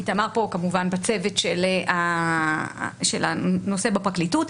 איתמר פה כמובן בצוות של הנושא בפרקליטות,